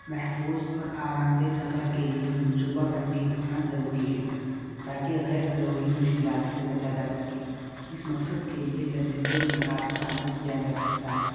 محفوظ اور آرام دہ سفر کے لیے منصوبہ بندی کرنا ضروری ہے تاکہ غیر ضروری مشکلات سے بچا جا سکے اس مقصد کے لیے درج ذیل نکات پر عمل کیا جا سکتا ہے